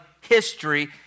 history